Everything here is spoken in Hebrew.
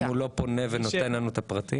אם הוא לא פונה ונותן לנו את הפרטים.